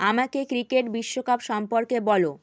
আমাকে ক্রিকেট বিশ্বকাপ সম্পর্কে বলো